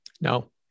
No